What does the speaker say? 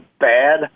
bad